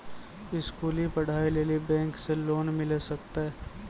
स्कूली पढ़ाई लेली बैंक से लोन मिले सकते?